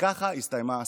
ככה הסתיימה השיחה.